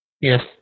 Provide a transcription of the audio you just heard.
Yes